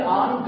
on